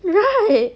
right